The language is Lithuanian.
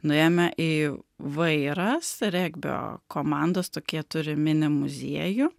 nuėjome į vairas regbio komandos tokį jie turi mini muziejų